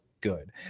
good